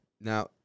Now